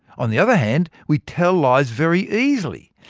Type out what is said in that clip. on the other hand, we tell lies very easily.